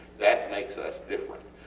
that makes us different.